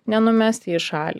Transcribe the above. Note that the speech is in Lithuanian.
nenumesti į šalį